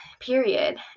period